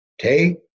Take